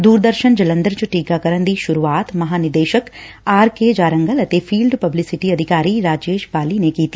ਦੁਰਦਰਸ਼ਨ ਜਲੰਧਰ ਚ ਟੀਕਾਕਰਨ ਦੀ ਸ਼ੁਰੁਆਤ ਮਹਾਂ ਨਿਦੇਸ਼ਕ ਆਰ ਕੇ ਜਾਰੰਗਲ ਅਤੇ ਫੀਲਡ ਪਬਲਿਸਿਟੀ ਅਧਿਕਾਰੀ ਰਾਜੇਸ਼ ਬਾਲੀ ਨੇ ਕੀਤੀ